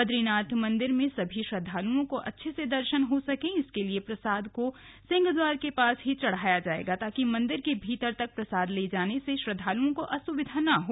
बद्रीनाथ मंदिर में सभी श्रद्वालुओं को अच्छे से दर्शन हो सके इसके लिए प्रसाद को सिंहद्वार के पास ही चढ़ाया जाएगा ताकि मंदिर के भीतर तक प्रसाद ले जाने से श्रद्दालुओं को असुविधा न हो